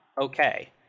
okay